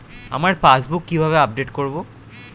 আমার পাসবুক কিভাবে আপডেট করবো?